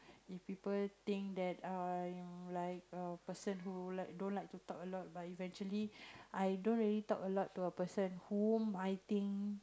if people think that I'm like a person who like don't like to talk a lot but eventually i don't really talk a lot to a person whom I think